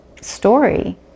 story